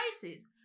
places